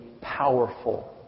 powerful